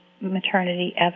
maternity